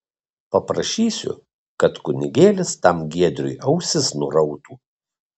paprašysiu kad kunigėlis tam giedriui ausis nurautų